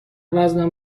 وزنم